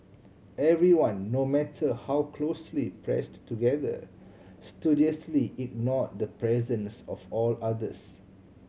everyone no matter how closely pressed together studiously ignore the presence of all others